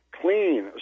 clean